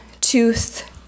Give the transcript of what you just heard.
tooth